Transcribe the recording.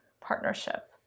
partnership